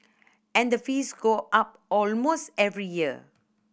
and the fees go up almost every year